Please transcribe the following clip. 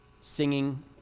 singing